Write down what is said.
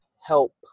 help